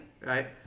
right